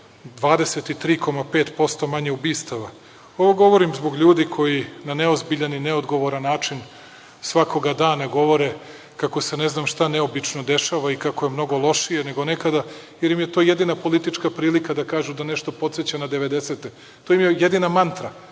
23,5% manje ubistava. Ovo govorim zbog ljudi koji na neozbiljan i neodgovoran način svakoga dana govore kako se ne znam šta neobično dešava i kako je mnogo lošije nego nekada jer im je to jedina politička prilika da kažu da nešto podseća na devedesete. To im je jedina mantra,